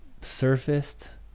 surfaced